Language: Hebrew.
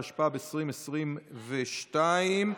התשפ"ב 2022,